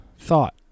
thought